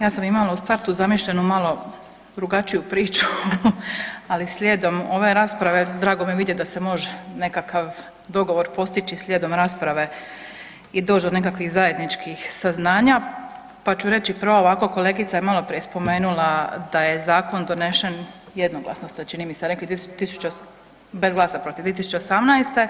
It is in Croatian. Ja sam imama u startu zamišljenu malo drugačiju priču ali slijedom ove rasprave, drago mi je vidjet da se može nekakav dogovor postići slijedom rasprave i doć do nekakvih zajedničkih saznanja pa ću reći prvo ovako, kolegica je maloprije spomenula da je zakon donesen jednoglasno, da ste čini mi se rekli, … [[Upadica sa strane, ne razumije se.]] bez glasa protiv, 2018.